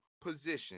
position